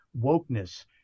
wokeness